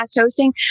hosting